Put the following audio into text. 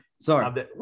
sorry